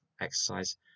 exercise